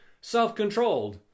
self-controlled